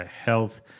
health